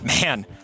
Man